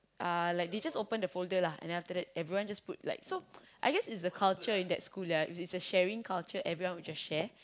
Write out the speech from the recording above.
uh like they just open the folder lah and then after that everyone just put like so I guess it's the culture in that school ya it's a sharing culture everyone would just share